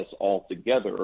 altogether